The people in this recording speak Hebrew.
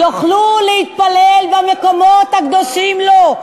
יוכל להתפלל במקומות הקדושים לו.